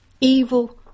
evil